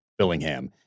Billingham